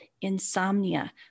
insomnia